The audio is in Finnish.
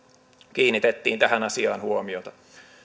kiinnitettiin tähän asiaan huomiota